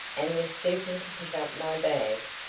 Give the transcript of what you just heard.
and was stooping to pick up my bag,